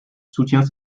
soutient